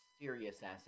serious-ass